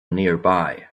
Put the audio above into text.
nearby